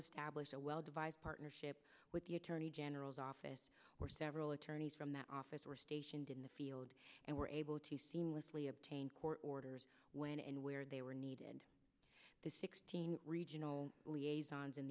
established a well devised partnership with the attorney general's office where several attorneys from that office were stationed in the field and were able to seamlessly obtain court orders when and where they were needed the sixteen regional liaison's in